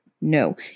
No